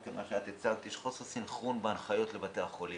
יש חוסר סנכרון בהנחיות לבתי החולים.